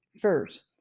First